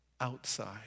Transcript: outside